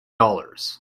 dollars